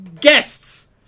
guests